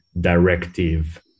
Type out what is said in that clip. directive